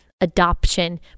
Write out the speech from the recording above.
adoption